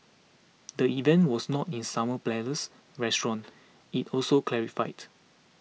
the event was not in Summer Palace restaurant it also clarified